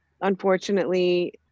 Unfortunately